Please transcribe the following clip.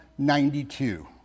92